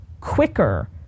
quicker